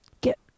Get